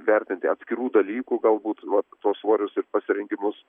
vertinti atskirų dalykų galbūt va tuos svorius ir pasirengimus